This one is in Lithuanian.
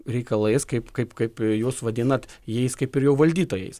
reikalais kaip kaip kaip jus vadinat jais kaip ir jų valdytojais